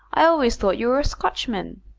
i always thought you were a scotchman.